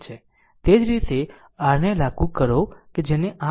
તે જ રીતે r ને લાગુ કરો કે જેને R kcl કહે છે